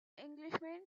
englishman